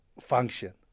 function